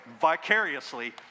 Vicariously